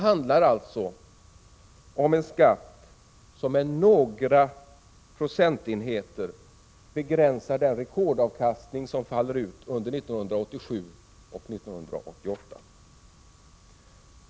Vad vi diskuterar är en skatt som med några procentenheter begränsar den rekordavkastning som faller ut under 1987 och 1988.